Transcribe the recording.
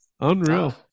Unreal